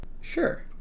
Sure